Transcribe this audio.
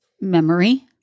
memory